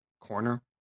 Corner